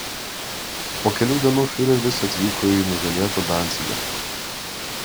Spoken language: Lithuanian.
po kelių dienų fiureris atvyko į nugalėtą dancigą